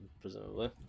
presumably